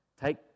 Take